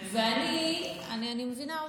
אני מבינה אותך,